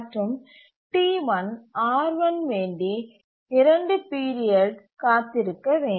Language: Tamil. மற்றும் T1 R1 வேண்டி 2 பீரியட் காத்திருக்க வேண்டும்